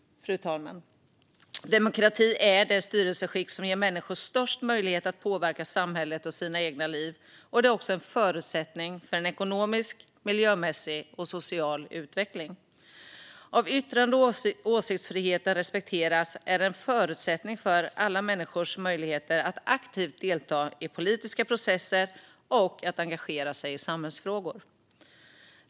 Fru talman! Demokrati är det styrelseskick som ger människor störst möjlighet att påverka samhället och sitt eget liv. Det är också en förutsättning för ekonomisk, miljömässig och social utveckling. Att yttrande och åsiktsfriheten respekteras är en förutsättning för alla människors möjligheter att aktivt delta i politiska processer och att engagera sig i samhällsfrågor.